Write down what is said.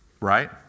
right